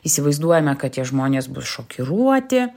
įsivaizduojame kad tie žmonės bus šokiruoti